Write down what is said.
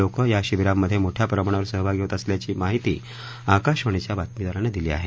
लोकं या शिबीरांमधे मोठया प्रमाणावर सहभागी होत असल्याची माहिती आकाशवाणीच्या बातमीदारानं दिली आहे